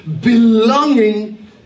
Belonging